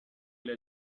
إلى